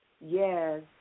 Yes